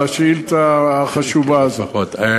על השאילתה החשובה הזאת.